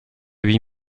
huit